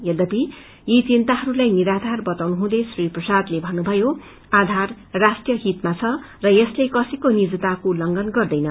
यध्यपि यी चिन्ताहरूलाई निराधार बताउनु हुँदै श्री प्रसादले भन्नुभयो आधार राष्ट्रीय हितमा छ र यसले कसैको निजताको उल्लंघन गर्दैन